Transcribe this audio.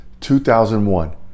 2001